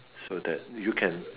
so that you can